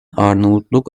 arnavutluk